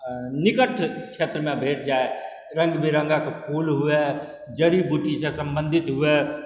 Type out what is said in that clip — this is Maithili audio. निकट क्षेत्रमे भेटि जाइ रङ्गबिरङ्गके फूल हुअए जड़ी बूटीसँ सम्बन्धित हुअए